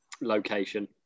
location